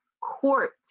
Court